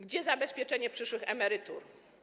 Gdzie zabezpieczenie przyszłych emerytur?